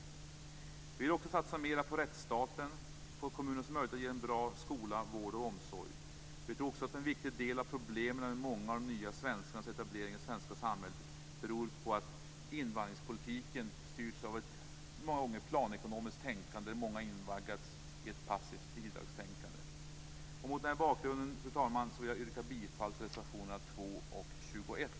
Vi kristdemokrater vill också satsa mera på rättsstaten och på kommunernas möjligheter att ge en bra skola, vård och omsorg. Vi tror att en viktig del av problemen med etablering i det svenska samhället för många av de nya svenskarna beror på att invandringspolitiken styrs av ett många gånger planekonomiskt tänkande där många invaggats i ett passivt bidragstänkande. Mot den bakgrunden, fru talman, vill jag yrka bifall till reservationerna 2 och 21.